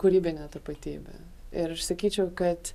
kūrybinė tapatybė ir aš sakyčiau kad